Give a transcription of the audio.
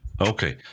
Okay